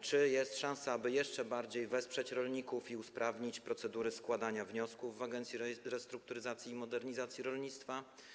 Czy jest szansa, aby jeszcze bardziej wesprzeć rolników i usprawnić procedury składania wniosków w Agencji Restrukturyzacji i Modernizacji Rolnictwa?